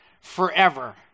forever